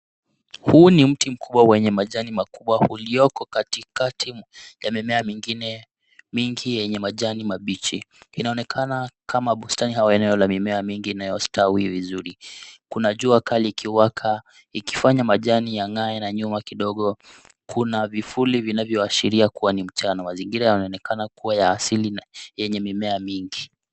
Huu ni mti mkubwa wenye majani makubwa ulioko katikati ya mimea mingine mengi yenye majani mabichi. Inaonekana kama bustani au eneo la mimea mingi inayostawi vizuri. Kuna jua kali ikiwaka ikifanya majani yang'ae na nyuma kidogo kuna vifuli vinavyoashiria kuwa ni mchana. Mazingira yanayoonekana kuwa ya asili yenye mimea mingi.